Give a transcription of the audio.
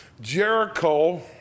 Jericho